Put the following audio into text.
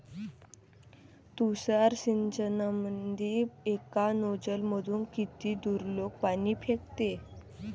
तुषार सिंचनमंदी एका नोजल मधून किती दुरलोक पाणी फेकते?